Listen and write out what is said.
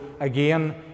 again